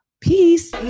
Peace